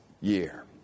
year